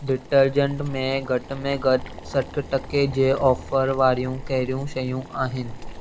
detergent में घटि में घटि सठि टके जे ऑफर वारियूं कहिड़ियूं शयूं आहिनि